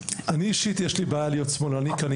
אני אישית יש לי בעיה להיות שמאלני כי אני